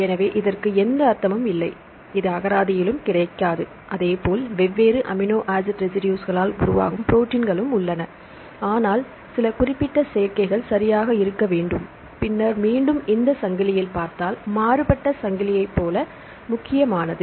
எனவே இதற்கு எந்த அர்த்தமும் இல்லை இது அகராதியிலும் கிடைக்காது அதேபோல் வெவ்வேறு அமினோ ஆசிட் ரெசிடுஸ்களால் உருவாகும் ப்ரோடீன்களும் உள்ளன ஆனால் சில குறிப்பிட்ட சேர்க்கைகள் சரியாக இருக்க வேண்டும் பின்னர் மீண்டும் இந்த சங்கிலியில் பார்த்தால் மாறுபட்ட சங்கிலியைப் போல முக்கியமானது